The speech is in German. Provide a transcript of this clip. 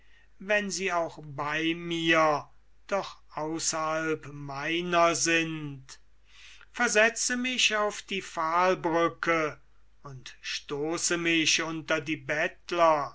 wenn sie auch bei mir doch außerhalb meiner sind versetze mich auf die pfahlbrücke und stoße mich unter die bettler